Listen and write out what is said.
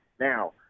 Now